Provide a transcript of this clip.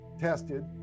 Tested